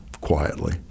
quietly